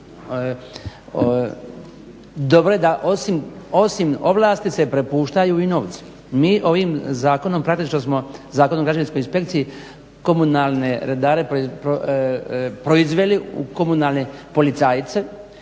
dobro je da osim ovlasti se prepuštaju i novci. Mi ovim zakonom praktično smo Zakonom o građevinskoj inspekciji komunalne redare proizveli u komunalne policajce